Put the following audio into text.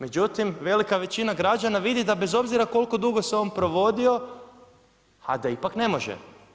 Međutim, velika većina građana vidi da bez obzira koliko dugo se on provodio, a da ipak ne može.